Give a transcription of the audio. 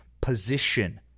position